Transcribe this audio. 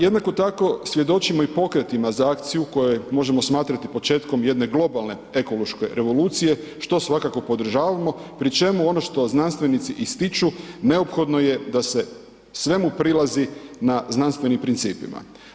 Jednako tako svjedočimo i pokretima za akciju koje možemo smatrati početkom jedne globalne ekološke revolucije što svakako podržavamo, pri čemu ono što znanstvenici ističu, neophodno je da se svemu prilazi na znanstvenim principima.